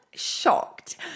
shocked